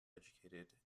educated